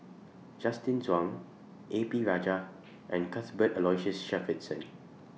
Justin Zhuang A P Rajah and Cuthbert Aloysius Shepherdson